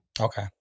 Okay